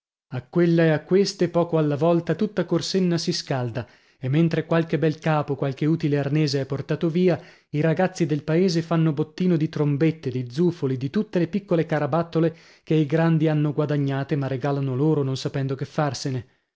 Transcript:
a quella e a queste poco alla volta tutta corsenna si scalda e mentre qualche bel capo qualche utile arnese è portato via i ragazzi del paese fanno bottino di trombette di zufoli di tutte le piccole carabattole che i grandi hanno guadagnate ma regalano loro non sapendo che farsene